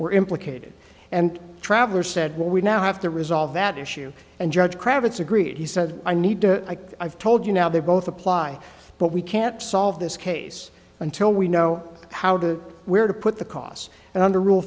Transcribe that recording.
were implicated and traveler said what we now have to resolve that issue and judge kravitz agreed he said i need to i've told you now they both apply but we can't solve this case until we know how to where to put the cos and under rule